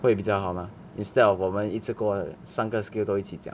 会比较好 mah instead of 我们一次过三个 skill 都一起讲